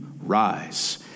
rise